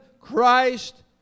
Christ